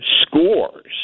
scores